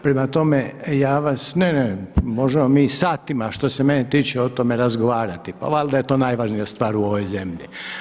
Prema tome, ja vas… … [[Upadica govornik se ne razumije.]] Ne, ne, možemo mi i satima što se mene tiče o tome razgovarati, pa valjda je to najvažnija stvar u ovoj zemlji.